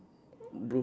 blue